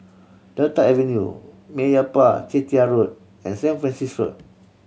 Delta Avenue Meyappa Chettiar Road and Saint Francis Road